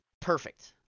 Perfect